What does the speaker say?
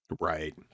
Right